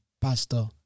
Pastor